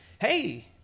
hey